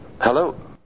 Hello